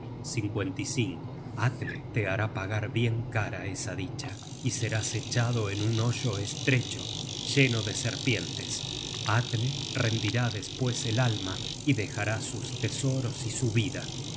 destino fuera dulce atle te hará pagar bien cara esa dicha y serás echado en un hoyo estrecho lleno de serpientes atle rendirá despues el alma y dejará sus tesoros y su vida